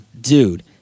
Dude